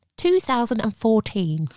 2014